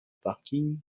parking